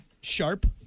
sharp